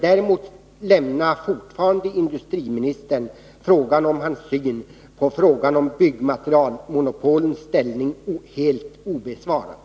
Däremot noterar jag att industriministern fortfarande lämnar frågan om sin syn på byggmaterialmonopolens ställning helt obesvarad.